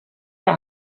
der